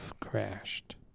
crashed